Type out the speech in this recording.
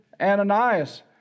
Ananias